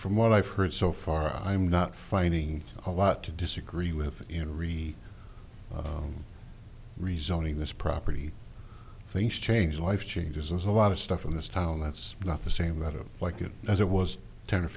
from what i've heard so far i'm not fighting a lot to disagree with you know read resolving this property things change life changes there's a lot of stuff in this town that's not the same about it like it as it was ten or